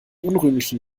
unrühmlichen